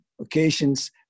occasions